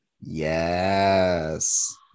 Yes